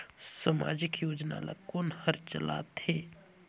समाजिक योजना ला कोन हर चलाथ हे?